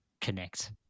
connect